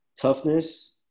toughness